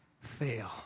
fail